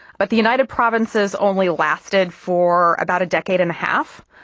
but the united provinces only lasted for about a decade and a half.